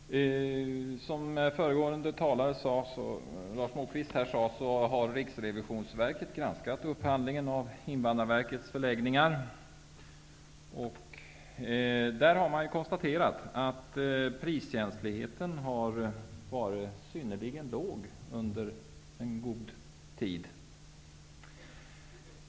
Herr talman! Som föregående talare, Lars Moquist, sade har Riksrevisionsverket granskat upphandlingen av Invandrarverkets förläggningar. Man har konstaterat att priskänsligheten har varit synnerligen låg under en god tid.